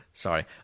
Sorry